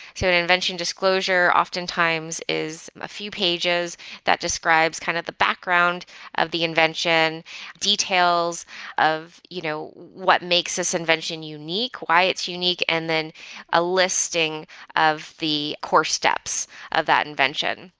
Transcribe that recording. so an invention disclosure often times is a few pages that describes kind of the background of the invention details of you know what makes this invention unique, why it's unique, and then a listing of the core steps of that invention.